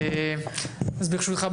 ברשותך,